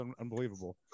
unbelievable